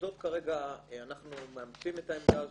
אנחנו מאמצים את העמדה הזאת.